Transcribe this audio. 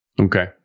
Okay